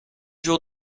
jours